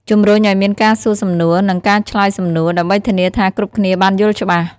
ជំរុញឲ្យមានការសួរសំណួរ និងការឆ្លើយសំណួរ ដើម្បីធានាថាគ្រប់គ្នាបានយល់ច្បាស់។